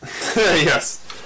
Yes